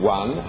one